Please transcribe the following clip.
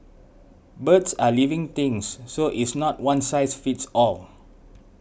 birds are living things so it's not one size fits all